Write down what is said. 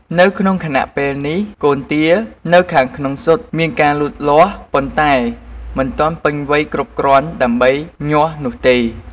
នៅក្នុងរយៈពេលនេះកូនទានៅខាងក្នុងស៊ុតមានការលូតលាស់ ប៉ុន្តែមិនទាន់ពេញវ័យគ្រប់គ្រាន់ដើម្បីញាស់នោះទេ។